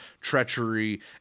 treachery